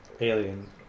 Alien